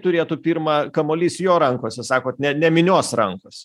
turėtų pirma kamuolys jo rankose sakot ne ne minios rankose